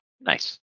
Nice